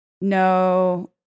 No